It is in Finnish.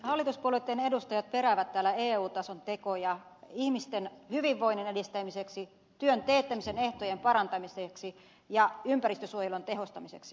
hallituspuolueitten edustajat peräävät täällä eu tason tekoja ihmisten hyvinvoinnin edistämiseksi työn teettämisen ehtojen parantamiseksi ja ympäristönsuojelun tehostamiseksi